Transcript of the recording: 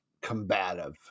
combative